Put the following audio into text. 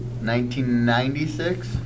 1996